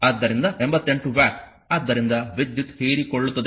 ಆದ್ದರಿಂದ 88 ವ್ಯಾಟ್ ಆದ್ದರಿಂದ ವಿದ್ಯುತ್ ಹೀರಿಕೊಳ್ಳುತ್ತದೆ